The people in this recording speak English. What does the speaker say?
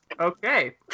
Okay